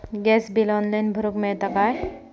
Gas bill online भरुक मिळता काय?